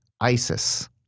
ISIS